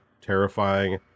terrifying